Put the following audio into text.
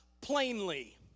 plainly